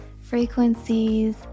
frequencies